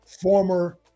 former